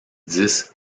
dix